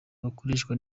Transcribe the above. bakoreshwa